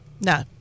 No